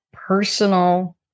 personal